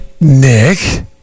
Nick